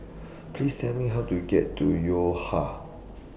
Please Tell Me How to get to Yo Ha